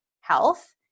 health